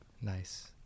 Nice